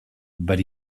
but